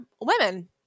women